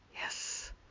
Yes